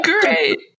great